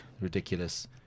ridiculous